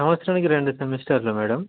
సంవత్సరానికి రెండు సెమిస్టర్లు మేడం